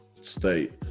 state